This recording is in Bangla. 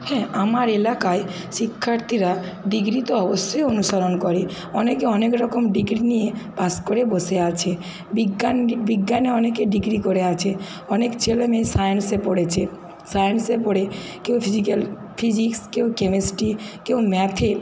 হ্যাঁ আমার এলাকায় শিক্ষার্থীরা ডিগ্রি তো অবশ্যই অনুসরণ করে অনেকে অনেক রকম ডিগ্রি নিয়ে পাশ করে বসে আছে বিজ্ঞান বিজ্ঞানে অনেকে ডিগ্রি করে আছে অনেক ছেলে মেয়ে সাইন্সে পড়েছে সাইন্সে পড়ে কেউ ফিজিক্যাল ফিজিক্স কেউ কেমেস্ট্রি কেউ ম্যাথে